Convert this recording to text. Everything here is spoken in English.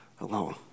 alone